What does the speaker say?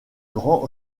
grand